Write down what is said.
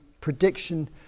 prediction